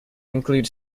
include